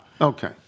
Okay